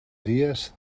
dies